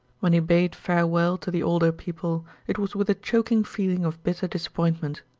when he bade farewell to the older people it was with a choking feeling of bitter disappointment.